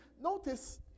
notice